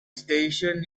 station